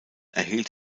erhielt